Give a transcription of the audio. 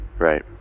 Right